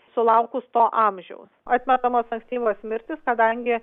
sulaukus to amžiaus atmetamos ankstyvos mirtys kadangi